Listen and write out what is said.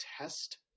test